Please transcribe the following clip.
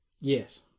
Yes